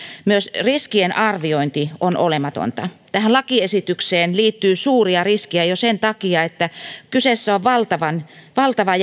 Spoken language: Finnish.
myös riskien arviointi on olematonta tähän lakiesitykseen liittyy suuria riskejä jo sen takia että kyseessä on valtava